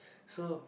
so